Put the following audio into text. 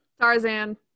Tarzan